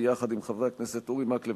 ביחד עם חברי הכנסת אורי מקלב,